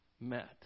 met